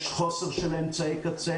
יש חוסר של אמצעי קצה.